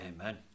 amen